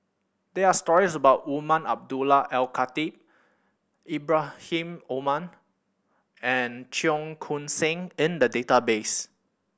there are stories about Umar Abdullah Al Khatib Ibrahim Omar and Cheong Koon Seng in the database